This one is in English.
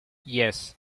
yes